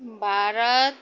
Bharat